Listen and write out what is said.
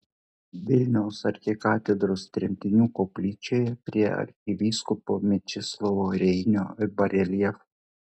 vilniaus arkikatedros tremtinių koplyčioje prie arkivyskupo mečislovo reinio bareljefo